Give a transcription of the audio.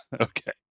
okay